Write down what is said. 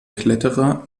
kletterer